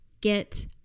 get